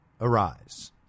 arise